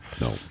No